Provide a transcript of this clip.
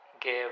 give